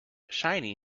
shiny